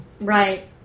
Right